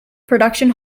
production